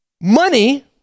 money